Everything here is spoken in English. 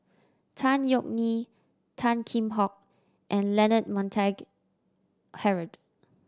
Tan Yeok Nee Tan Kheam Hock and Leonard Montague Harrod